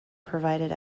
provided